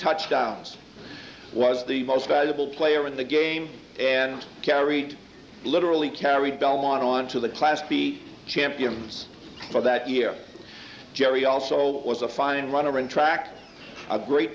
touchdowns was the most valuable player in the game and carried literally carried belmont on to the class to be champions for that year jerry also was a fine runner in track a great